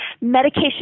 Medication